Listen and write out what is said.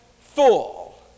full